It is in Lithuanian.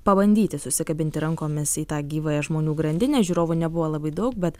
pabandyti susikabinti rankomis į tą gyvąją žmonių grandinę žiūrovų nebuvo labai daug bet